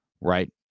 Right